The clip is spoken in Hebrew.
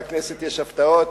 בכנסת יש הפתעות.